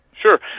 Sure